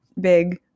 big